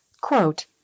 Quote